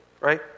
right